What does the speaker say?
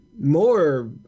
more